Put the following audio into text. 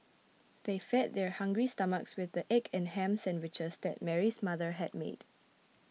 they fed their hungry stomachs with the egg and ham sandwiches that Mary's mother had made